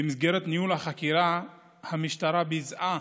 במסגרת ניהול החקירה המשטרה ביצעה